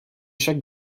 chaque